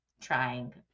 trying